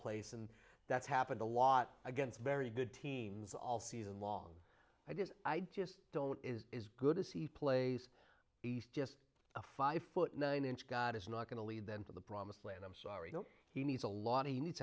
place and that's happened a lot against very good teams all season long i guess i just don't is as good as he plays east just a five foot nine inch god is not going to lead them to the promised land i'm sorry he needs a lot